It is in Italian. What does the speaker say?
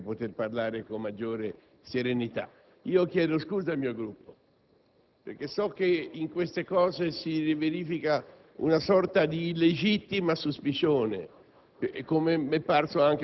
desidero scusarmi con il mio Gruppo e con tutti i colleghi, perché ho letto che non ero presente al momento della votazione.